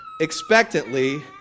expectantly